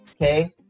Okay